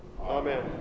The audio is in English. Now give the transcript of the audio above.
Amen